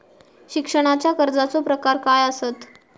शिक्षणाच्या कर्जाचो प्रकार काय आसत?